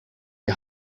die